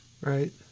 right